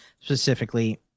specifically